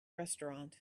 restaurant